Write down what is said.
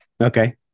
okay